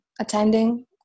attending